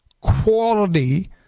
quality